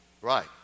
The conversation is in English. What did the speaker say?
Right